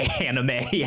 anime